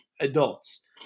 adults